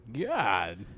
god